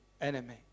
enemy